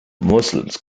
muslims